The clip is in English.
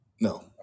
no